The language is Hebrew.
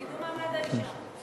לקידום מעמד האישה.